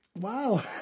Wow